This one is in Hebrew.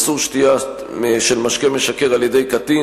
איסור שתייה של משקה משכר על-ידי קטין),